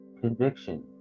conviction